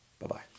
Bye-bye